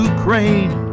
Ukraine